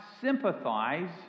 sympathize